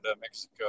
Mexico